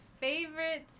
favorite